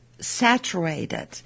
Saturated